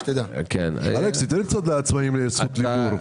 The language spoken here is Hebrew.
לפחות תנו לאחד מהעצמאים לדבר.